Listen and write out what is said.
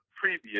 previous